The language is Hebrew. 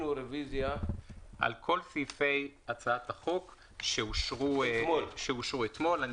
יש בקשה לרוויזיה על כל סעיפי החוק שאושרו אתמול.